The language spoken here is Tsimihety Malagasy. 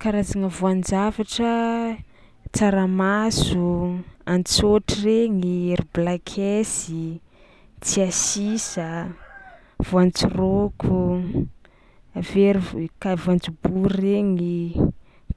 Karazagna voan-javatra: tsaramaso, antsôtro regny, ery black yes i, tsiasisa, voantsorôko, avy eo ry vo- ka- voanjobory regny,